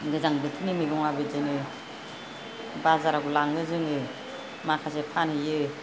गोजां बोथोरनि मैगंआ बिदिनो बाजारआव लाङो जोङो माखासे फानहैयो